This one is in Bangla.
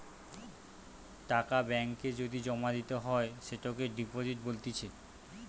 টাকা ব্যাঙ্ক এ যদি জমা দিতে হয় সেটোকে ডিপোজিট বলতিছে